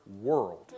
world